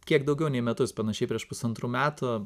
kiek daugiau nei metus panašiai prieš pusantrų metų